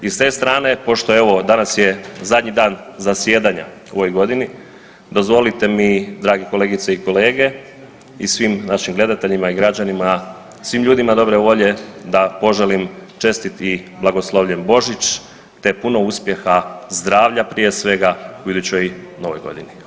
I s te strane, pošto evo, danas je zadnji dan zasjedanja u ovoj godini dozvolite mi, dragi kolegice i kolege i svim našim gledateljima i građanima, svim ljudima dobre volje da poželim čestit i blagoslovljen Božić te puno uspjeha, zdravlja, prije svega, u idućoj novoj godini.